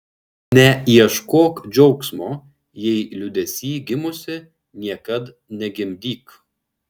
neieškok džiaugsmo jei liūdesy gimusi niekad negimdyk